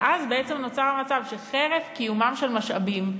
ואז נוצר מצב שחרף קיומם של משאבים,